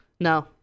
No